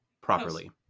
properly